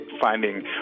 finding